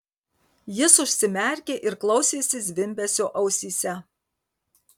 jis užsimerkė ir klausėsi zvimbesio ausyse